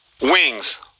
Wings